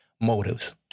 motives